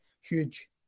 huge